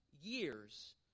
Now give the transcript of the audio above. years